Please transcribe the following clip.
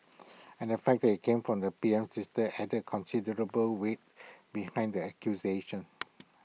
and the fact that IT came from the P M's sister added considerable weight behind the accusation